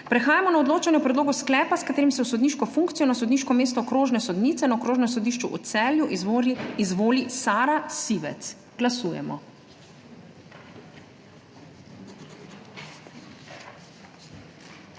Prehajamo na odločanje o predlogu sklepa, s katerim se v sodniško funkcijo na sodniško mesto okrožne sodnice na Okrožnem sodišču v Celju izvoli Sara Sivec. Glasujemo.